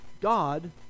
God